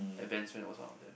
and Ben's was one of them